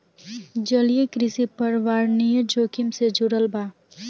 जलीय कृषि पर्यावरणीय जोखिम से जुड़ल बा